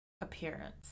appearance